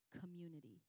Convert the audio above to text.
community